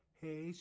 hey